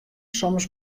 soms